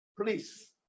please